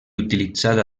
utilitzada